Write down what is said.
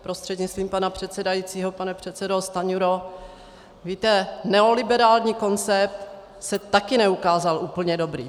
Prostřednictvím pana předsedajícího pane předsedo Stanjuro, víte, neoliberální koncept se také neukázal úplně dobrý.